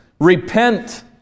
Repent